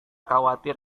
khawatir